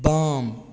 बाम